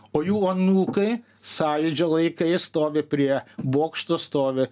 o jų anūkai sąjūdžio laikais stovi prie bokšto stovi